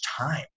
time